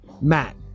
Matt